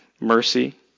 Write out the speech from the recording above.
mercy